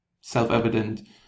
self-evident